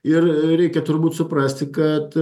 ir reikia turbūt suprasti kad